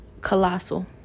colossal